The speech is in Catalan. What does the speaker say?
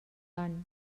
van